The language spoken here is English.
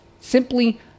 simply